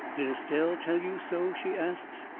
did estelle tell you so? she asts.